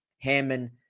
Hammond